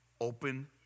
Open